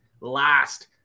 last